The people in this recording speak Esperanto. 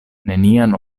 nenian